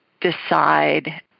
decide